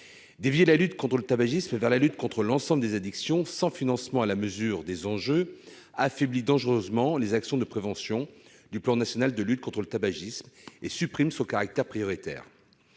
Dévier la lutte contre le tabagisme vers la lutte contre l'ensemble des addictions, sans financement à la mesure des enjeux, affaiblit dangereusement les actions de prévention du plan national de lutte contre le tabagisme 2018-2022 et supprime son caractère prioritaire.